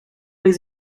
les